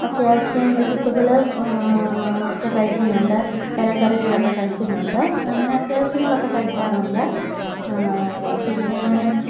അത്യാവശ്യം വെജിറ്റബിൾ ഒക്കെ കഴിക്കുന്നുണ്ട് ഇലക്കറികളൊക്കെ കഴിക്കുന്നുണ്ട് അങ്ങനെ അത്യാവശ്യങ്ങളൊക്കെ കഴിക്കാറുണ്ട് പിന്നേ